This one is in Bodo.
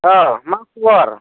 औ मा खबर